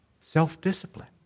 self-discipline